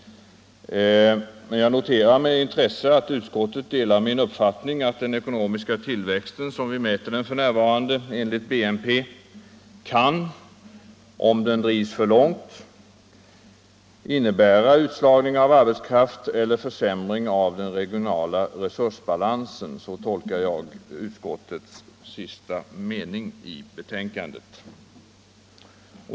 Men jag noterar med intresse att utskottet delar min uppfattning att den ekonomiska tillväxten — som vi mäter den f. n. genom bruttonationalprodukten — kan, om den drivs för långt, innebära utslagning av arbetskraft eller försämring av den regionala resursbalansen. Så tolkar jag den sista meningen i utskottets betänkande.